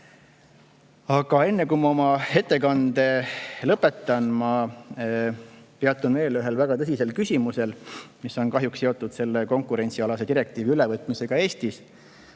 Aga enne, kui ma oma ettekande lõpetan, peatun veel ühel väga tõsisel küsimusel, mis on kahjuks seotud selle konkurentsialase direktiivi ülevõtmisega Eestis.